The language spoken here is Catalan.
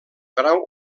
grau